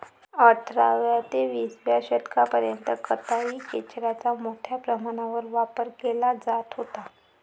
अठराव्या ते विसाव्या शतकापर्यंत कताई खेचराचा मोठ्या प्रमाणावर वापर केला जात होता